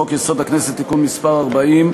חוק-יסוד: הכנסת (תיקון מס' 40),